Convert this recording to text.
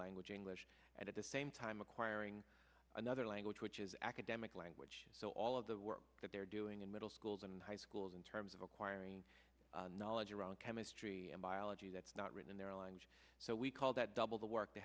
language english at the same time acquiring another language which is academic language so all of the work that they're doing in middle schools and high schools in terms of acquiring knowledge around chemistry and biology that's not written in their language so we call that double the work they